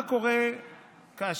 מה קורה כאשר